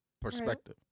perspective